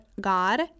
God